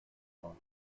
trois